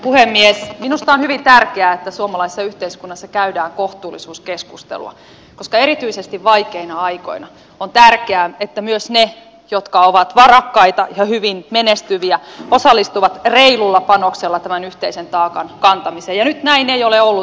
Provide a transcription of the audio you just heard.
minusta on hyvin tärkeää että suomalaisessa yhteiskunnassa käydään kohtuullisuuskeskustelua koska erityisesti vaikeina aikoina on tärkeää että myös ne jotka ovat varakkaita ja hyvin menestyviä osallistuvat reilulla panoksella yhteisen taakan kantamiseen ja nyt näin ei ole ollut